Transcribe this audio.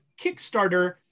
Kickstarter